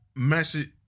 Message